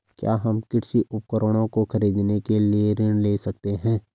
क्या हम कृषि उपकरणों को खरीदने के लिए ऋण ले सकते हैं?